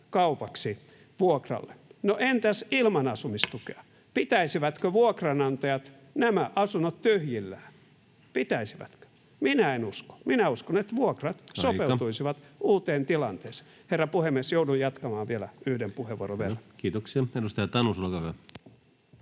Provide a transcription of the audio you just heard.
kaupaksi vuokralle. No entäs ilman asumistukea? Pitäisivätkö vuokranantajat nämä asunnot tyhjillään? Pitäisivätkö? Minä en usko. Minä uskon, että vuokrat sopeutuisivat [Puhemies: Aika!] uuteen tilanteeseen. — Herra puhemies, joudun jatkamaan vielä yhden puheenvuoron verran. [Speech 147] Speaker: